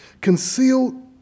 concealed